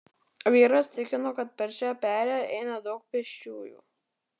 vyras tikino kad per šią perėją eina daug pėsčiųjų